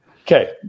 Okay